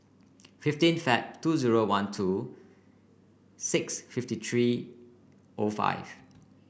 fifteen Feb two zero one two six fifty three O five